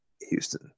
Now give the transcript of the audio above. Houston